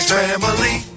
family